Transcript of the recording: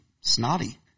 snotty